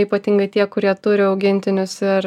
ypatingai tie kurie turi augintinius ir